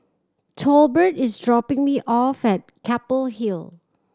Tolbert is dropping me off at Keppel Hill